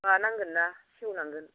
माबानांगोन ना सेवलांगोन